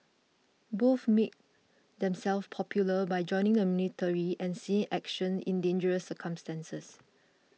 both made themselves popular by joining the military and seeing action in dangerous circumstances